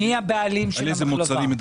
מי הבעלים של המחלבה?